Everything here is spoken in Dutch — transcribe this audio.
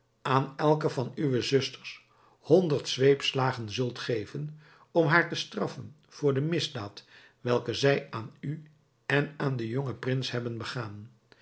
aan elke van uwe zusters honderd zweepslagen zult geven om haar te straffen voor de misdaad welke zij aan u en aan den jongen prins hebben begaan